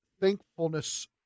thankfulness